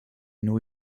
new